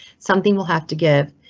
something will have to give.